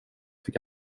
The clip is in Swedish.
fick